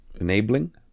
enabling